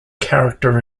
character